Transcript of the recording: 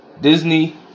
disney